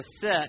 set